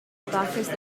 ataques